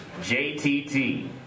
JTT